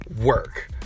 work